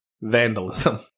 Vandalism